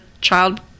child